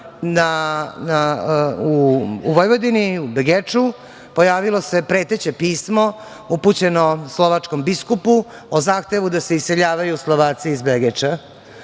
U Vojvodini, u Begeču, pojavilo se preteće pismo upućeno slovačkom biskupu o zahtevu da se iseljavaju Slovaci iz Begeča,